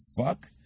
fuck